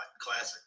classic